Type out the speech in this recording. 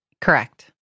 Correct